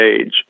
age